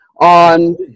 on